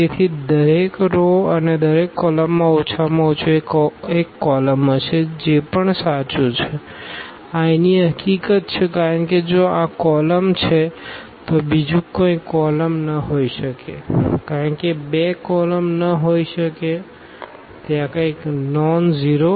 તેથી દરેક રો અને દરેક કોલમમાં ઓછામાં ઓછું એક કોલમ હશે જે પણ સાચું છે આ અહીંની હકીકત છે કારણ કે જો આ કોલમ છે તો બીજું કંઈ કોલમ ન હોઈ શકે કારણ કે 2 કોલમ ન હોઈ શકે તે આ કંઇક નોનઝીરો છે